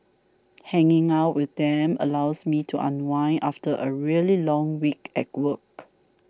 hanging out with them allows me to unwind after a really long week at work